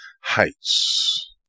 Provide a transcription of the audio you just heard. heights